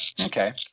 Okay